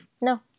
No